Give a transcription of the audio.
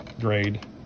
grade